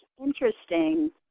interesting